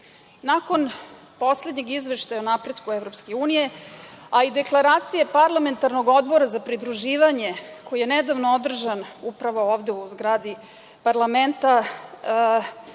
svetu. Nakon poslednjeg izveštaja o napretku Evropske unije, a i Deklaracije Parlamentarnog odbora za pridruživanje, koji je nedavno održan upravo ovde u zgradi parlamenta,